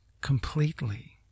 completely